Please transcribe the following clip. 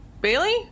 Bailey